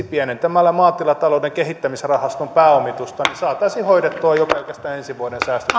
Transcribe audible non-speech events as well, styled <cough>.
<unintelligible> pienentämällä maatilatalouden kehittämisrahaston pääomitusta saataisiin hoidettua jo pelkästään ensi vuoden säästöt <unintelligible>